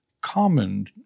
common